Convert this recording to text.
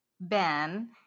Ben